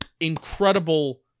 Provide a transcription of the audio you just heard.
Incredible